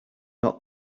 not